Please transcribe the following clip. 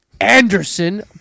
Anderson